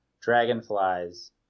dragonflies